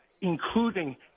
including